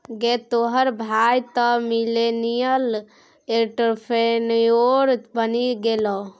गै तोहर भाय तँ मिलेनियल एंटरप्रेन्योर बनि गेलौ